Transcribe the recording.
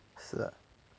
是啊